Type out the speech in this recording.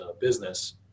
business